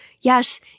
Yes